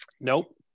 Nope